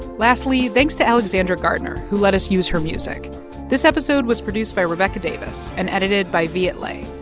lastly, thanks to alexandra gardner, who let us use her music this episode was produced by rebecca davis and edited by viet le.